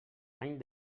any